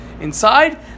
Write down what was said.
inside